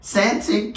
Santi